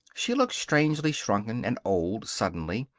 she looked strangely shrunken and old, suddenly.